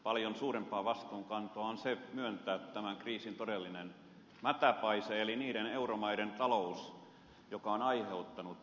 paljon suurempaa vastuunkantoa on myöntää se että tämän kriisin todellinen mätäpaise on niiden euromaiden taloudet jotka ovat aiheuttaneet tämän